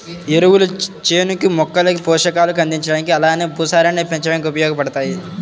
ఎరువులు చేనుకి, మొక్కలకి పోషకాలు అందించడానికి అలానే భూసారాన్ని పెంచడానికి ఉపయోగబడతాయి